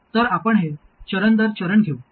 तर आपण हे चरण दर चरण घेऊ